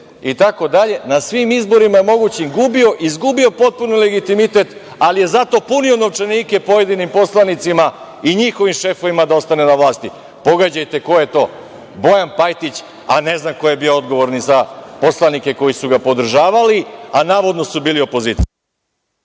itd, na svim izborima mogućim je gubio, izgubio potpuno legitimitet, ali je zato punio novčanike pojedinim poslanicima i njihovim šefovima da ostanu na vlasti. Pogađajte ko je to – Bojan Pajtić, a ne znam ko je bio odgovorni za poslanike koji su ga podržavali, a navodno su bili opozicija.